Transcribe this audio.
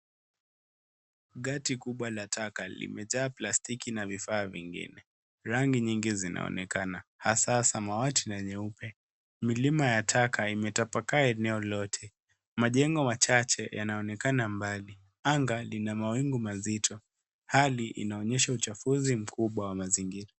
Gati kubwa la takataka limejaa plastiki na vifaa vingine. Rangi nyingi zinaonekana hasa samawati na nyeupe. Milima ya taka imetapakaa eneo lote. Majengo machache yanaonekana mbali. Anga lina mawingu mazito. Hali inaonyesha uchafuzi mkubwa wa mazingira.